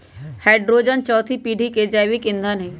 hydrogen चउथी पीढ़ी के जैविक ईंधन हई